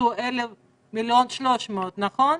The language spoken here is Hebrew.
בוצעו 1,300 מיליון, נכון?